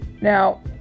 Now